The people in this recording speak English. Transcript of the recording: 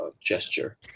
gesture